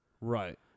Right